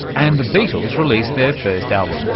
and the beatles released their first album,